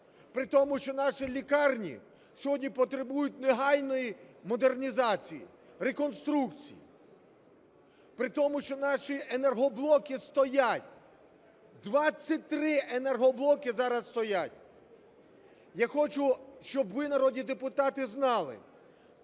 При тому, що наші лікарні сьогодні потребують негайної модернізації, реконструкції. При тому, що наші енергоблоки стоять, 23 енергоблоки зараз стоять. Я хочу, щоб ви, народні депутати, знали,